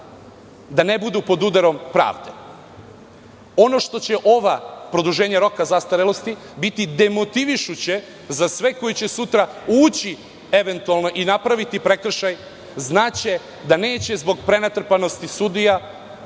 možda ne bude pod udarom pravde. Ovo produženje roka zastarelosti će biti demotivišuće za sve koji će sutra eventualno napraviti prekršaj, znaće da neće zbog prenatrpanosti sudija,